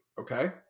Okay